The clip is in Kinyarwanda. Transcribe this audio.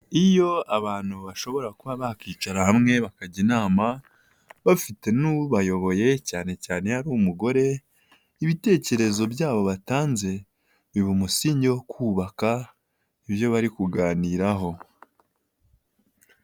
Iyo abantu bashobora kuba bakicara hamwe bakajya inama, bafite n'ubayoboye cyane cyane iyo ari umugore, ibitekerezo byabo batanze biba umusingi wo kubaka ibyo bari kuganiraho.